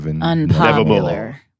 unpopular